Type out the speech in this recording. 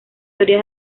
teorías